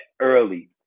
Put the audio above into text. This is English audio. early